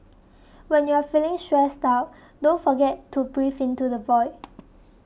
when you are feeling stressed out don't forget to breathe into the void